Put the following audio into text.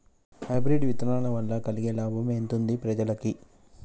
Hybrid విత్తనాల వలన కలిగే లాభం ఎంతుంది ప్రజలకి?